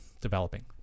developing